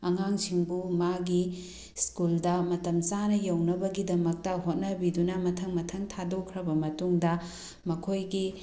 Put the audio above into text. ꯑꯉꯥꯡꯁꯤꯡꯕꯨ ꯃꯥꯒꯤ ꯁ꯭ꯀꯨꯜꯗ ꯃꯇꯝ ꯆꯥꯅ ꯌꯧꯅꯕꯒꯤꯗꯃꯛꯇ ꯍꯣꯠꯅꯕꯤꯗꯅ ꯃꯊꯪ ꯃꯊꯪ ꯊꯥꯗꯣꯛꯈ꯭ꯔꯕ ꯃꯇꯨꯡꯗ ꯃꯈꯣꯏꯒꯤ